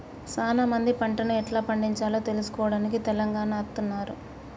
సానా మంది పంటను ఎట్లా పండిచాలో తెలుసుకోవడానికి తెలంగాణ అత్తన్నారు